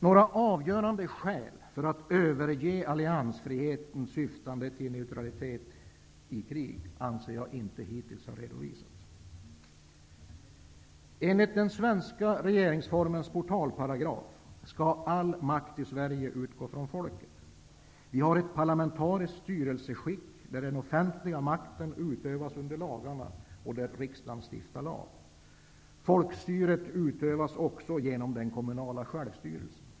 Några avgörande skäl för att överge alliansfriheten syftande till neutralitet i krig, anser jag hittills inte har redovisats. Enligt den svenska regeringsformens portalparagraf skall all offentlig makt i Sverige utgå från folket. Sverige har ett parlamentariskt styrelseskick, där den offentliga makten utövas under lagarna, och där riksdagen stiftar lag. Folkstyret utövas också genom den kommunala självstyrelsen.